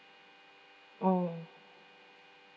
mm